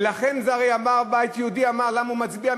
ולכן הבית היהודי אמר למה הוא מצביע,